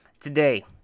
today